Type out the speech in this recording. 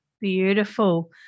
Beautiful